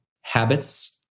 habits